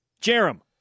Jerem